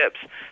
ships